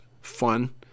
fun